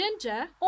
ginger